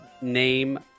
name